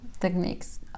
techniques